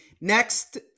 next